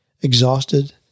exhausted